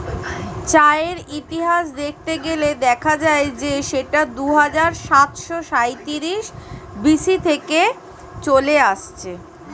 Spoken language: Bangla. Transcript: চায়ের ইতিহাস দেখতে গেলে দেখা যায় যে সেটা দুহাজার সাতশো সাঁইত্রিশ বি.সি থেকে চলে আসছে